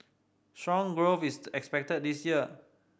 strong growth is expected this year